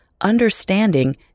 understanding